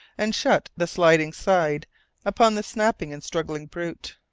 and shut the sliding side upon the snapping and struggling brute.